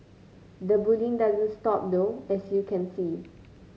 the bullying doesn't stop though as you can see